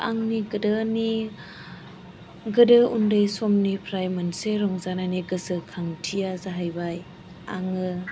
आंनि गोदोनि गोदो उन्दै समनिफ्राय मोनसे रंजानायनि गोसोखांथिया जाहैबाय आङो